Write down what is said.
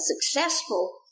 successful